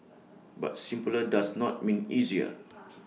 but simpler does not mean easier